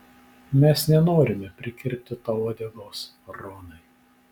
mes nenorime prikirpti tau uodegos ronai